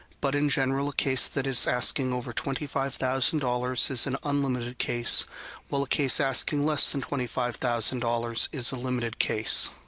but in general, a case that is asking over twenty five thousand dollars is an unlimited case while a case asking less than twenty five thousand dollars is a limited case.